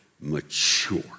mature